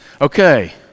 Okay